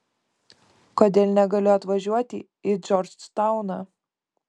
kodėl negaliu atvažiuoti į džordžtauną